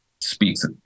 speaks